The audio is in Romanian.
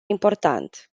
important